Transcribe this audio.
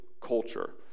culture